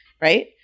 right